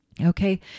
Okay